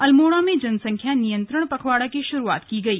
अल्मोड़ा में जनसंख्या नियंत्रण पखवाड़ा की शुरूआत की गई